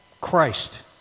Christ